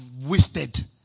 wasted